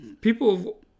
people